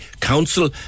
council